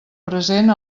present